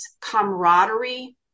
camaraderie